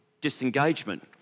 disengagement